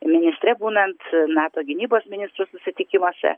ministre būnant nato gynybos ministrų susitikimuose